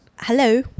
Hello